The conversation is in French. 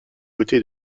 côté